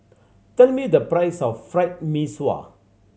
tell me the price of Fried Mee Sua